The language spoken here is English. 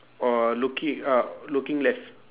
oh looking up looking left